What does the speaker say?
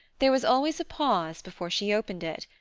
there was always a pause before she opened it,